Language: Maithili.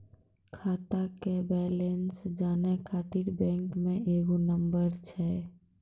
खाता के बैलेंस जानै ख़ातिर बैंक मे एगो नंबर छै?